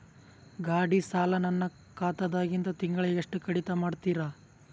ಗಾಢಿ ಸಾಲ ನನ್ನ ಖಾತಾದಾಗಿಂದ ತಿಂಗಳಿಗೆ ಎಷ್ಟು ಕಡಿತ ಮಾಡ್ತಿರಿ?